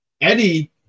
Eddie